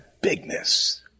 bigness